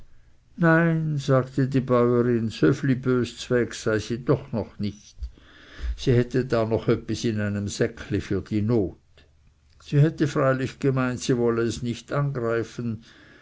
nein sagte die bäurin sövli bös zweg sei sie doch noch nicht sie hätte da noch öppis in einem säckeli für die not sie hätte freilich gemeint sie wolle es nicht angreifen